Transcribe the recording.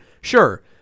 sure